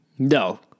No